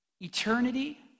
Eternity